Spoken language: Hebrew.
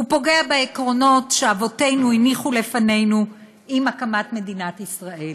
הוא פוגע בעקרונות שאבותינו הניחו לפנינו עם הקמת מדינת ישראל.